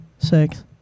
Six